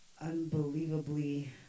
unbelievably